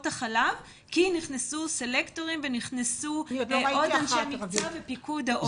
החלב כי נכנסו סלקטורים ועוד אנשי מקצוע ופיקוד העורף.